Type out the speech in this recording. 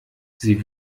sie